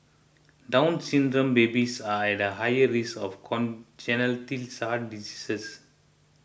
Down Syndrome babies are at higher risk of congenital heart diseases